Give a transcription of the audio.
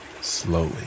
slowly